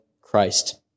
Christ